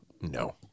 No